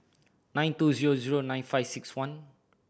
nine two zero zero nine five six one